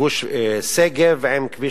גוש-שגב לכביש